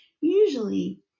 Usually